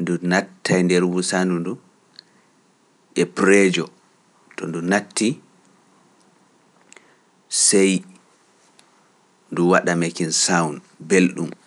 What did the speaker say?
ndu nattay nder wuusaadu ndun e pressure, to ndu nattii sey ndu waɗa making sound belɗum.